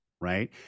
right